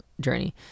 journey